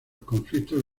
conflictos